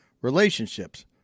relationships